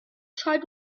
tried